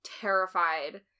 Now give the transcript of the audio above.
terrified